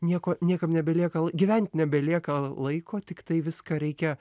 nieko niekam nebelieka gyvent nebelieka laiko tiktai viską reikia